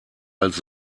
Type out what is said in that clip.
als